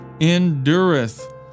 endureth